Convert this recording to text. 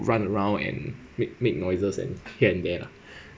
run around and make make noises and here and there lah